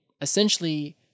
essentially